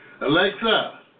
Alexa